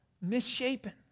misshapen